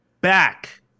back